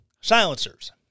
silencers